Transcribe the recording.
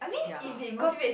ya cause